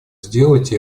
сделать